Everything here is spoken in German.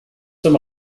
zum